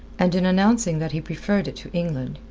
and in announcing that he preferred it to england,